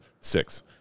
Six